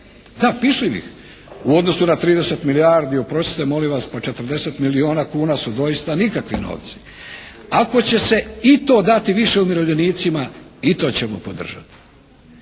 Da pišljivih u odnosu na 30 milijardi, oprostite mi molim vas pa 40 milijuna kuna su doista nikakvi novci. Ako će se i to dati više umirovljenicima i to ćemo podržati,